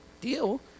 deal